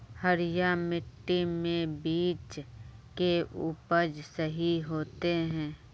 हरिया मिट्टी में बीज के उपज सही होते है?